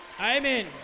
Amen